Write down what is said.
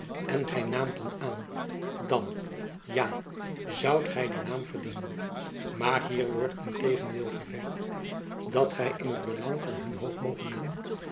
en gy naamt dat aan dan ja zoudt gy dien naam verdienen maar hier wordt in tegendeel gevergd dat gy in het belang van hun